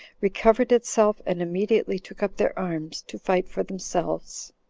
recovered itself, and immediately took up their arms to fight for themselves.